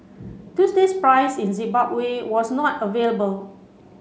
Tuesday's price in Zimbabwe was not available